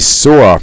saw